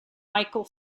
michael